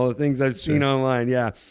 ah things i've seen online, yeah.